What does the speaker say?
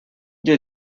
did